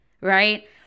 right